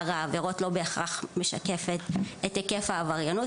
העבירות לא בהכרח משקפת את היקף העבריינות,